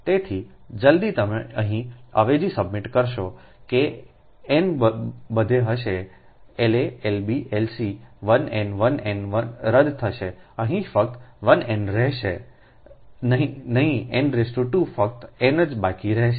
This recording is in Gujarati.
તેથી જલદી તમે અહીં અવેજી સબમિટ કરશો કે n બધે હશે લા Lb Lc 1 n 1 n રદ થશે અહીં ફક્ત 1 n રહેશે નહીં n 2 ફક્ત n જ બાકી રહેશે